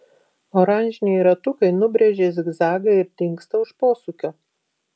oranžiniai ratukai nubrėžia zigzagą ir dingsta už posūkio